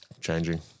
changing